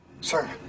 Sir